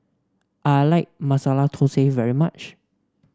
I like Masala Thosai very much